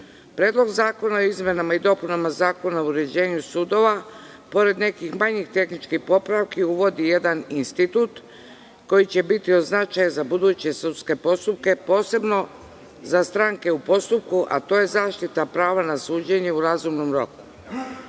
potreba. Predlog zakona o izmenama i dopunama Zakona o uređenju sudova pored nekih manjih tehničkih popravki uvodi jedan institut koji će biti od značaja za buduće sudske postupke, posebno za stranke u postupku, a to je zaštita prava na suđenje u razumnom